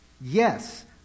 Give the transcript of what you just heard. Yes